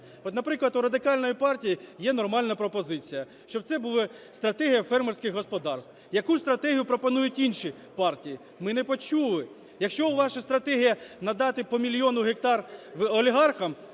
наприклад, у Радикальної партії є нормальна пропозиція. Щоб це була стратегія фермерських господарств. Яку стратегію пропонують інші партії? Ми не почули. Якщо ваша стратегія – надати по мільйону гектар олігархам,